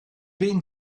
been